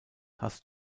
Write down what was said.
hast